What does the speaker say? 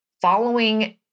following